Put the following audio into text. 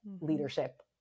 leadership